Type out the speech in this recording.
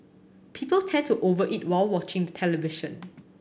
people tend to over eat while watching television